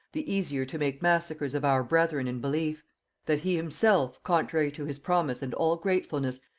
the easier to make massacres of our brethren in belief that he himself, contrary to his promise and all gratefulness,